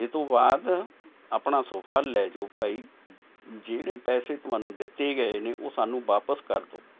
ਇਹ ਤੋਂ ਬਾਅਦ ਆਪਣਾ ਸੋਫਾ ਲੈ ਜੋ ਭਾਈ ਜਿਹੜੇ ਪੈਸੇ ਤੁਹਾਨੂੰ ਦਿੱਤੇ ਗਏ ਨੇ ਉਹ ਸਾਨੂੰ ਵਾਪਸ ਕਰ ਦਿਉ